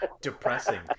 depressing